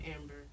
Amber